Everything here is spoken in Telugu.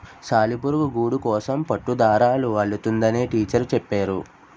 సాలిపురుగు గూడుకోసం పట్టుదారాలు అల్లుతుందని టీచరు చెప్పేరు